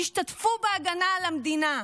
תשתתפו בהגנה על המדינה.